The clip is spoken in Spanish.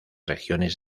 regiones